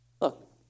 Look